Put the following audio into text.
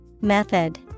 Method